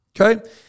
Okay